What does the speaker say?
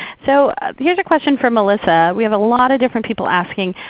so here's a question for melissa. we have a lot of different people asking,